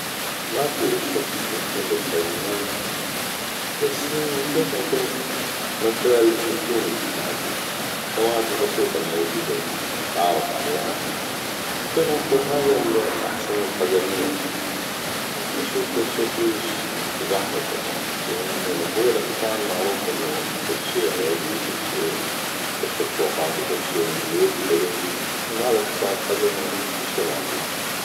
ما كلش شخص مهتم بالحيوانات بس نطيق نقول اللي من خلال شفتوهم بحياتي الحيوانات البسيطة المتعارف عليها نطيق نقول الاحصنه القزمية اشوف فدشي كلش يضحك لان هو الحصان معروف فدشي عيلي فدشي مهيوب تركب فوقاتو حلو أنا هذا الحصان القزمي يعني كلشي ماكو